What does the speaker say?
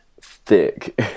thick